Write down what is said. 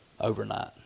Overnight